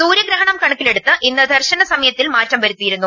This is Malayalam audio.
സൂര്യഗ്രഹണം കണക്കിലെടുത്ത് ഇന്ന് ദർശന സമയത്തിൽ മാറ്റം വരുത്തിയിരുന്നു